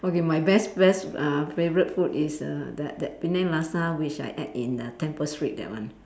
okay my best best uh favourite food is err that that Penang laksa which I ate in err Temple Street that one